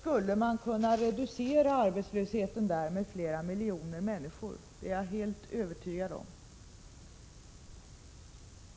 skulle man där kunna reducera arbetslösheten med flera miljoner människor — det är jag helt övertygad om.